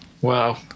Wow